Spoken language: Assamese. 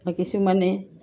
কিছুমানে